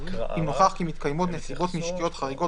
אם נוכח כי מתקיימות נסיבות משקיות חריגות